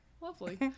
lovely